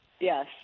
Yes